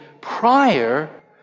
prior